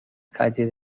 calle